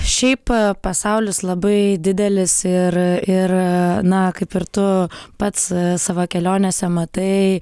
šiaip pasaulis labai didelis ir ir na kaip ir tu pats savo kelionėse matai